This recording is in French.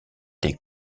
des